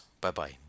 bye-bye